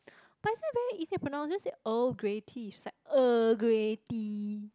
but I say very easy to pronounce just say Earl Grey tea she's like Early Grey tea